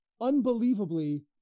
unbelievably